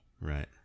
Right